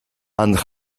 and